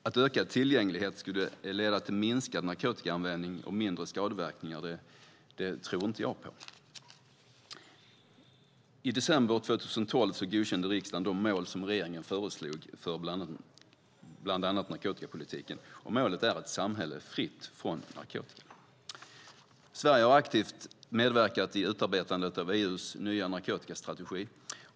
Att ökad tillgänglighet skulle leda till minskad narkotikaanvändning och mindre skadeverkningar tror inte jag på. I december 2012 godkände riksdagen de mål som regeringen föreslog för bland annat narkotikapolitiken, och målet är ett samhälle fritt från narkotika. Sverige har aktivt medverkat i utarbetandet av EU:s nya narkotikastrategi.